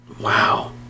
Wow